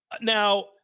Now